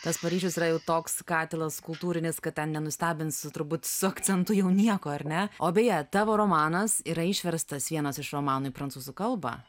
tas paryžius yra jau toks katilas kultūrinis kad ten nenustebins turbūt su akcentu jau nieko ar ne o beje tavo romanas yra išverstas vienas iš romanų į prancūzų kalbą